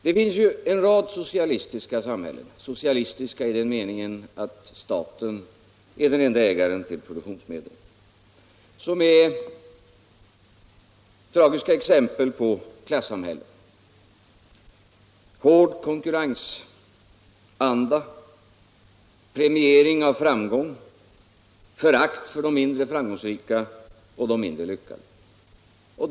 Det finns ju en rad socialistiska samhällen — socialistiska i den meningen att staten är den ende ägaren till produktionsmedlen — som är tragiska exempel på klassamhällen med hård konkurrensanda, premiering av framgång, förakt för de mindre framgångsrika och de mindre lyckade.